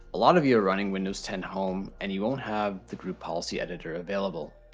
a lot of you are running windows ten home and you won't have the group policy editor available.